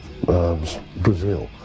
Brazil